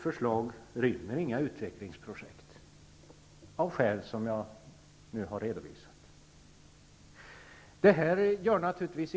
Förslagen inrymmer, av skäl som jag nu har redovisat, inga utvecklingsprojekt.